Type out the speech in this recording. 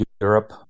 Europe